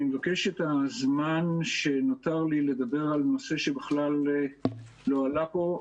מבקש את הזמן שנותר לי לדבר על נושא שבכלל לא עלה פה.